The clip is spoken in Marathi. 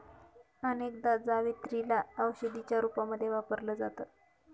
अनेकदा जावेत्री ला औषधीच्या रूपामध्ये वापरल जात